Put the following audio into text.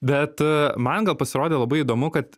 bet man gal pasirodė labai įdomu kad